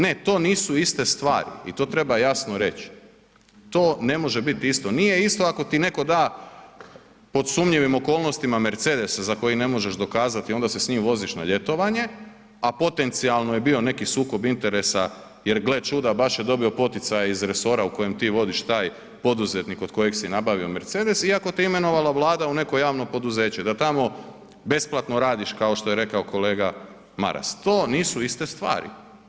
Ne, to nisu iste stvari i to treba jasno reć, to ne može bit isto, nije isto ako ti netko da pod sumnjivim okolnostima Mercedes za koji ne možeš dokazati, onda se s njim voziš na ljetovanje, a potencijalno je bio neki sukob interesa jer gle čuda baš je dobio poticaj iz resora u kojem ti vodiš taj poduzetnik kod kojeg si nabavio Mercedes i ako te imenovala Vlada u neko javno poduzeće da tamo besplatno radiš kao što je rekao kolega Maras, to nisu iste stvari.